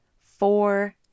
four